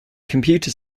computer